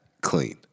clean